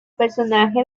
personaje